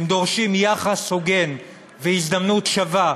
הם דורשים יחס הוגן והזדמנות שווה.